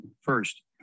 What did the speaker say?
First